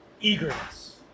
eagerness